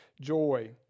joy